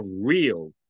real